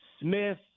Smith